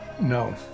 No